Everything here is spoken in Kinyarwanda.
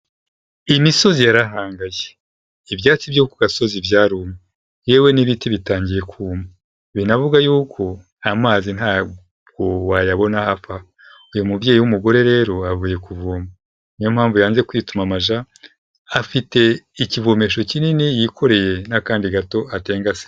Imisozi yarahangaye, ibyatsi byo ku gasozi byarumye, yewe n'ibiti bitangiye kuma, binavuga yuko amazi ntabwo wayabona hafi aha, uyu mubyeyi w'umugore rero avuye kuvoma, niyo mpamvu yanze kwituma amaja, afite ikivomesho kinini yikoreye n'akandi gato atengase.